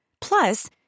Plus